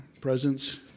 presence